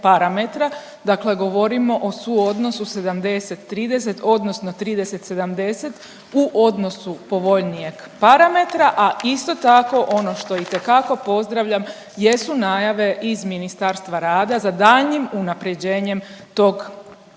Dakle govorimo o suodnosu 70/30 odnosno 30/70 u odnosu povoljnijeg parametra, a isto tako ono što itekako pozdravljam, jesu najave iz Ministarstva rada za daljnjim unapređenjem tog